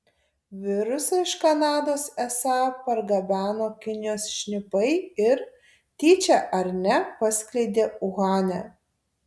virusą iš kanados esą pargabeno kinijos šnipai ir tyčia ar ne paskleidė uhane